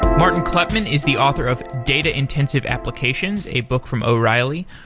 martin kleppmann is the author of data-intensive applications, a book from o'reilly.